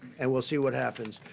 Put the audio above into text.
and we'll see what happens.